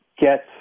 get